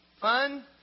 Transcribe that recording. fun